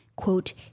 Quote